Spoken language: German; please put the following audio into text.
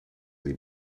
sie